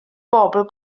bobl